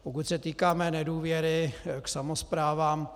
Pokud se týká mé nedůvěry k samosprávám.